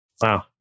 Wow